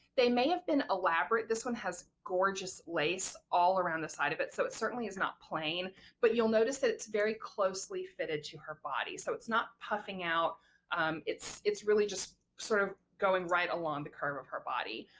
they may have been elaborate this one has gorgeous lace all around the side of it so it certainly is not plain but you'll notice that it's very closely fitted to her body so it's not puffing out it's it's really just sort of going right along the curve of her body.